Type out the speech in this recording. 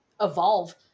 evolve